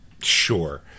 Sure